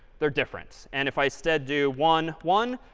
they're different. and if i instead do one, one,